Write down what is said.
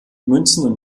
münzen